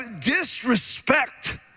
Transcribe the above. disrespect